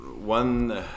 one